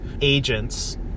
agents